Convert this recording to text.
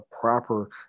proper